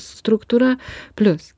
struktūra plius